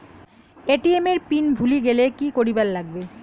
ATM এর pin ভুলি গেলে কি করিবার লাগবে?